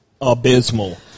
abysmal